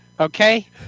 Okay